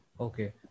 Okay